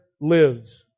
lives